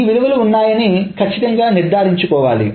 ఈ విలువలు ఉన్నాయని కచ్చితంగా నిర్ధారించుకోవాలి